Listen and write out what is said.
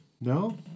No